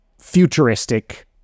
futuristic